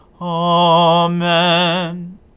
Amen